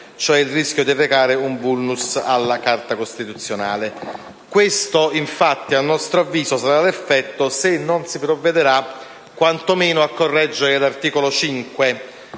cioè il rischio di arrecare un *vulnus* alla Carta costituzionale. Riteniamo, infatti, che questo sarà l'effetto se non si provvederà quanto meno a correggere l'articolo 5